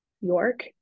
York